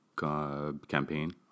campaign